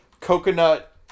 coconut